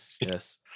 Yes